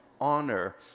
honor